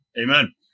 Amen